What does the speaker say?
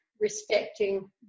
respecting